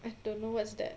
I don't know what's that